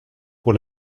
pour